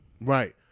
Right